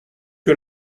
que